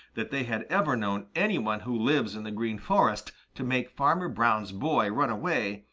that they had ever known any one who lives in the green forest to make farmer brown's boy run away,